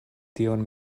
tion